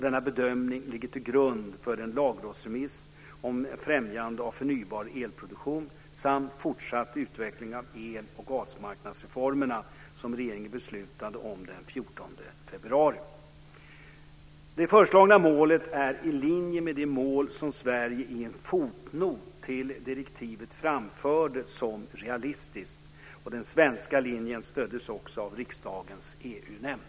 Denna bedömning ligger till grund för den lagrådsremiss om främjande av förnybar elproduktion samt fortsatt utveckling av el och gasmarknadsreformerna som regeringen beslutade om den 14 februari. Det föreslagna målet är i linje med det mål som Sverige i en fotnot till direktivet framförde som realistiskt. Den svenska linjen stöddes också av riksdagens EU-nämnd.